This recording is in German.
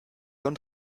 und